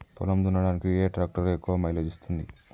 పొలం దున్నడానికి ఏ ట్రాక్టర్ ఎక్కువ మైలేజ్ ఇస్తుంది?